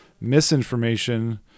misinformation